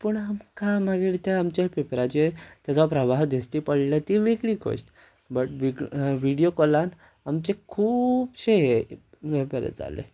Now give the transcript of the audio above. पूण आमकां मागीर त्या आमच्या पेपराचेर तेजो प्रभाव दिश्टी पडलो ती वेगळी गोश्ट बट व्हिडियो कॉलांत आमचे खुबशे हे जाताले